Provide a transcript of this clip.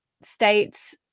states